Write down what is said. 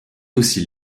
aussi